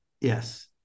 Yes